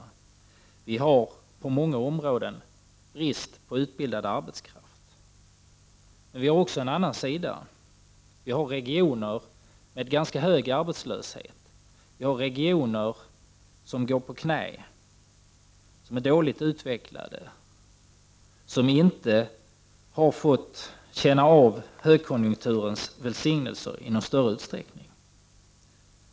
Det finns på många områden en brist på utbildad arbetskraft. Men det finns också en annan sida. Vi har regioner med en ganska hög arbetslöshet och regioner som går på knäna och är dåligt utvecklade. De har inte fått känna av högkonjunkturens välsignelser i någon större utsträckning.